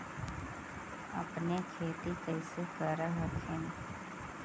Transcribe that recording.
अपने खेती कैसे कर हखिन?